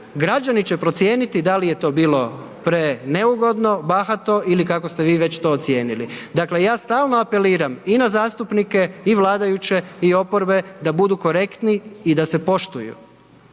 Građani će procijeniti da li je to bilo preneugodno, bahato ili kako ste vi već to ocijenili. Dakle ja stalno apeliram i na zastupnike i Vladajuće i oporbe, da budu korektni i da se poštuju.